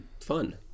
fun